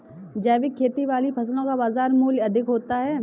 जैविक खेती वाली फसलों का बाजार मूल्य अधिक होता है